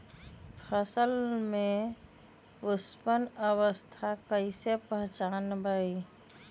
फसल में पुष्पन अवस्था कईसे पहचान बई?